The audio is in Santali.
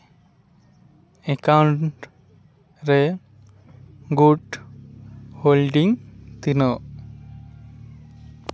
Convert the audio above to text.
ᱮᱠᱟᱣᱩᱱᱴ ᱨᱮ ᱜᱩᱴ ᱦᱳᱞᱰᱤᱝ ᱛᱤᱱᱟᱹᱜ